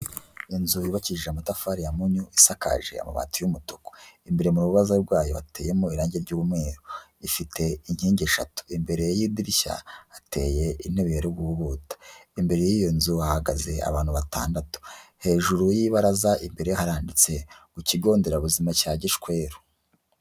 Inzu yubakishije amatafari ya munyo isakaje amabati y'umutuku imbere mu rubaza rwayo bateyemo irangi ry'umweruru ifite inkingi eshatu imbere y'idirishya hateye intebe ya rububuta, imbere y'iyo nzu hahagaze abantu batandatu hejuru y'ibaraza imbere haditse ku kigo nderabuzima cya gishweru.